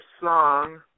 song